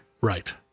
Right